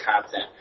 content